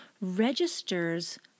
registers